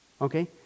Okay